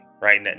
right